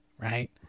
right